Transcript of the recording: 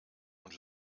und